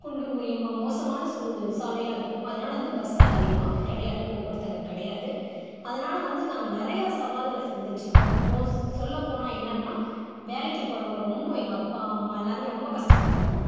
குண்டுங்குழியுமாக மோசமான சாலையாக இருக்கும் அதனால் வந்து பஸ் அங்கே அதிகமாக கிடையாது போக்குவரத்து அங்கே கிடையாது அதனால் வந்து நாங்கள் நிறையா சவால்களை சந்திச்சிருக்கிறோம் மோஸ்ட் சொல்லப் போனால் என்ன அப்படின்னா வேலைக்கு போறவங்க ரொம்ப எங்கள் அப்பா அம்மா எல்லோருமே ரொம்ப கஷ்டப்பட்டிருக்கோம்